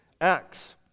Acts